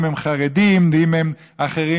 אם הם חרדים ואם הם אחרים,